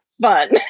fun